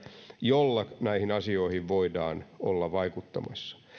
jolla näihin asioihin voidaan olla vaikuttamassa